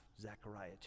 Zechariah